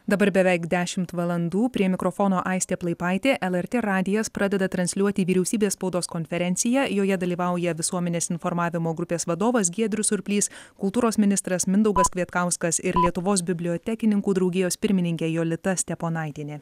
dabar beveik dešimt valandų prie mikrofono aistė plaipaitė lrt radijas pradeda transliuoti vyriausybės spaudos konferenciją joje dalyvauja visuomenės informavimo grupės vadovas giedrius surplys kultūros ministras mindaugas kvietkauskas ir lietuvos bibliotekininkų draugijos pirmininkė jolita steponaitienė